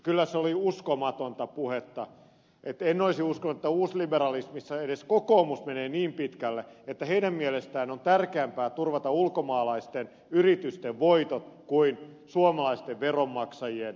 kyllä se oli uskomatonta puhetta että en olisi uskonut että uusliberalismissa edes kokoomus menee niin pitkälle että heidän mielestään on tärkeämpää turvata ulkomaalaisten yritysten voitot kuin suomalaisten veronmaksajien tuotot